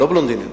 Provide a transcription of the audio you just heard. לא בלונדיניות?